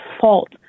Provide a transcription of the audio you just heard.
fault